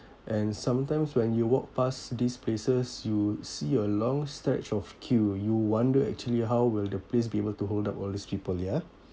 and sometimes when you walk pass these places you see a long stretch of queue you wonder actually how will the place be able to hold up all these people ya